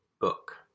book